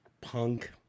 punk